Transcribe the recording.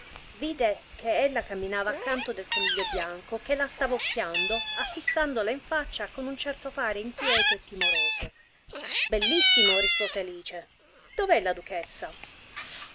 vide che ella camminava a canto del coniglio bianco che la stava occhiando affissandola in faccia con un certo fare inquieto e timoroso bellissimo rispose alice dov'è la duchessa